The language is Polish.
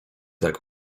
tak